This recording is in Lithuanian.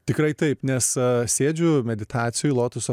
tikrai taip nes sėdžiu meditacijoj lotoso